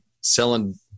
selling